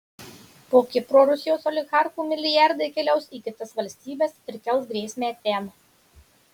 po kipro rusijos oligarchų milijardai keliaus į kitas valstybes ir kels grėsmę ten